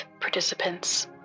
participants